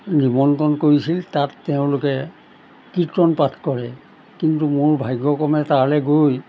নিমন্ত্ৰণ কৰিছিল তাত তেওঁলোকে কীৰ্তন পাঠ কৰে কিন্তু মোৰ ভাগ্যক্ৰমে তালৈ গৈ